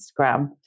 Instagram